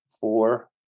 four